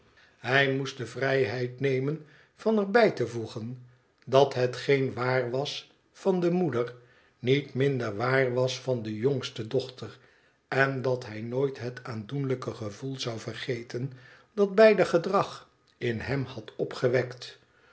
hij moest de vrijheid nemen van er bij te voegen dat hetgeen waar was van de moeder niet minder waar was van de jongste dochter en dat hij nooit het aandoenlijke gevoel zou vergeten dat beider gedrag in hem had opgewekt